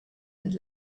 had